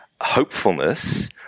hopefulness